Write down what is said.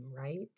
right